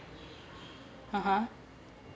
(uh huh)